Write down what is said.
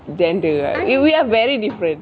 gender ah we are very different